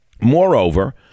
Moreover